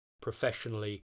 professionally